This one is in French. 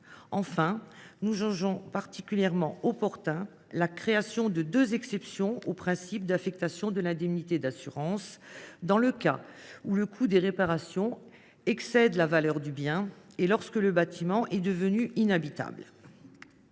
Enfin, nous jugeons particulièrement opportune la création de deux exceptions au principe d’affectation de l’indemnité d’assurance, à savoir dans le cas où le coût des réparations excède la valeur du bien et lorsque le bâtiment est devenu inhabitable.